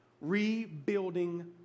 rebuilding